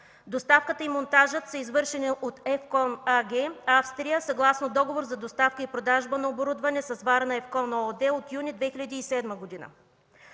Доставката и монтажът са извършени от ЕФКОМ АГ – Австрия, съгласно договор за доставка и продажба на оборудване с „Варна Ефкон“ ООД от юни 2007 г.